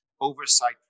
Oversight